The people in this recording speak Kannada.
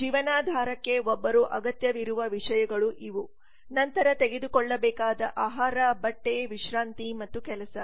ಜೀವನಾಧಾರಕ್ಕೆ ಒಬ್ಬರು ಅಗತ್ಯವಿರುವ ವಿಷಯಗಳು ಇವು ನಂತರ ತೆಗೆದುಕೊಳ್ಳಬೇಕಾದ ಆಹಾರ ಬಟ್ಟೆ ವಿಶ್ರಾಂತಿ ಮತ್ತು ಕೆಲಸ